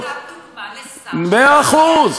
זאת דוגמה לשר, מאה אחוז.